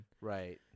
Right